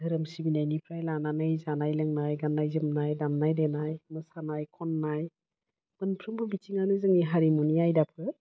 दोहोरोम सिबिनायनिफ्राय लानानै जानाय लोंनाय गान्नाय जोमनाय दामनाय देनाय मोसानाय खन्नाय मोनफ्रोमबो बिथिङानो जोंनि हारिमुनि आयदाफोर